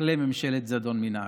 תכלה ממשלת זדון מן הארץ.